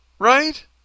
Right